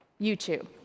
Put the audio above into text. YouTube